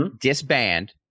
Disband